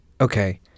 Okay